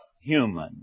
human